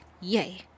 Yay